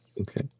Okay